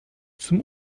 zum